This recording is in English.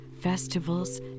festivals